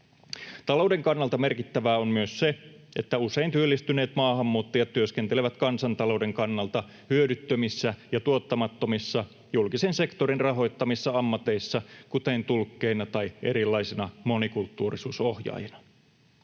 Talouden kannalta merkittävää on myös se, että usein työllistyneet maahanmuuttajat työskentelevät kansantalouden kannalta hyödyttömissä ja tuottamattomissa julkisen sektorin rahoittamissa ammateissa, kuten tulkkeina tai erilaisina monikulttuurisuusohjaajina.